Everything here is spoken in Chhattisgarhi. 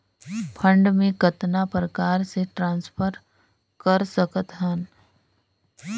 फंड मे कतना प्रकार से ट्रांसफर कर सकत हन?